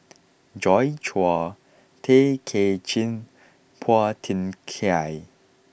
Joi Chua Tay Kay Chin and Phua Thin Kiay